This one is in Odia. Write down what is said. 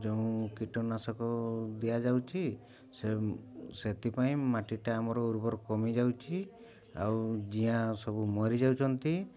ଯେଉଁ କୀଟନାଶକ ଦିଆଯାଉଛି ସେଥିପାଇଁ ମାଟିଟା ଆମର ଉର୍ବର କମିଯାଉଛି ଆଉ ଜିଆଁ ସବୁ ମରିଯାଉଛନ୍ତି